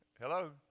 Hello